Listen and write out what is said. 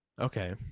Okay